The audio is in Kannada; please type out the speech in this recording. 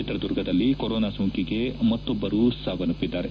ಚಿತ್ರದುರ್ಗದಲ್ಲಿ ಕೊರೊನಾ ಸೋಂಕಿಗೆ ಮತ್ತೊಬ್ಬರು ಸಾವನ್ನಪ್ಪಿದ್ದಾರೆ